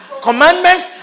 commandments